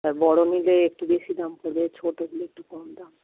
হ্যাঁ বড় নিলে একটু বেশি দাম পড়বে ছোটগুলো একটু কম দাম